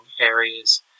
areas